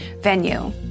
venue